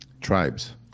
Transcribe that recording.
tribes